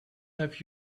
have